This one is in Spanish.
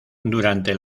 durante